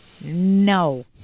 No